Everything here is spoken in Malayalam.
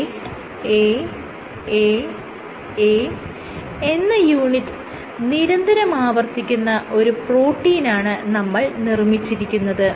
A A A A എന്ന യൂണിറ്റ് നിരന്തരം ആവർത്തിക്കുന്ന ഒരു പ്രോട്ടീനാണ് നമ്മൾ നിർമ്മിച്ചിരിക്കുന്നത്